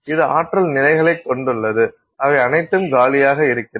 இது ஆற்றல் நிலைகளை கொண்டுள்ளது அவை அனைத்தும் காலியாக இருக்கிறது